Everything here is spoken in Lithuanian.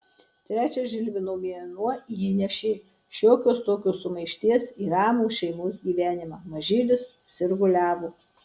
trečias žilvino mėnuo įnešė šiokios tokios sumaišties į ramų šeimos gyvenimą mažylis sirguliavo